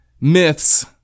myths